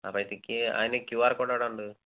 അപ്പോഴത്തേക്ക് അതിന്റെ Q R code എവിടെ ഉണ്ട്